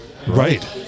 Right